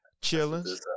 Chilling